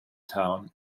town